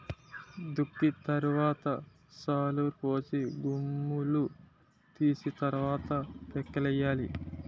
దుక్కి తరవాత శాలులుపోసి గుమ్ములూ తీసి తరవాత పిక్కలేయ్యాలి